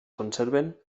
conserven